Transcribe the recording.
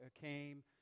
came